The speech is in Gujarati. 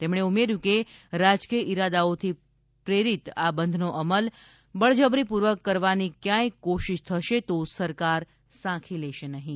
તેમણે ઉમેર્યુ હતું કે રાજકીય ઈરાદાઓથી પ્રરિત આ બંધનો અમલ બળજબરીપૂર્વક કરવાની ક્યાય કોશિશ થશે તો સરકાર સાંખી લેશે નહીં